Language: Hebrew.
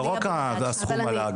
אבל לא רק כאן זה הסכום עלה.